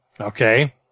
Okay